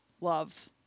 love